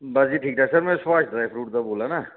बस जी ठीक ठीक सर में सुभाश ड्राई फरूट दा बोला न